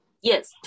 Yes